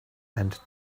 and